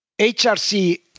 HRC